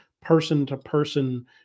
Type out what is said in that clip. person-to-person